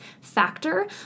factor